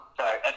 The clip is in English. sorry